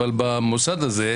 אבל במוסד הזה,